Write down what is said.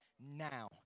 now